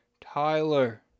Tyler